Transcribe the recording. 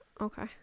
Okay